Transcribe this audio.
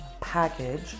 package